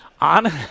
on